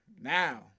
Now